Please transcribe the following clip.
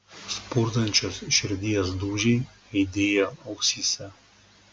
spurdančios širdies dūžiai aidėjo ausyse